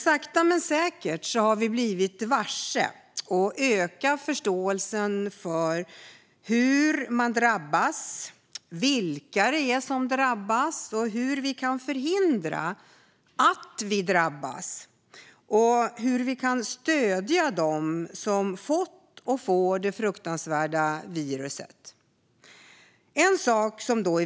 Sakta men säkert har vi dock blivit varse och ökat förståelsen för hur vi drabbas, vilka som drabbas, hur vi kan förhindra att vi drabbas och hur vi kan stödja dem som har fått och får detta fruktansvärda virus.